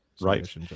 Right